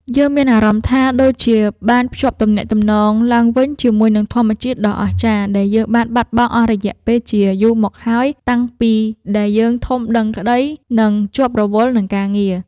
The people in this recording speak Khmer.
យើងមានអារម្មណ៍ថាដូចជាបានភ្ជាប់ទំនាក់ទំនងឡើងវិញជាមួយនឹងធម្មជាតិដ៏អស្ចារ្យដែលយើងបានបាត់បង់អស់រយៈពេលជាយូរមកហើយតាំងពីពេលដែលយើងធំដឹងក្ដី និង ជាប់រវល់នឹងការងារ។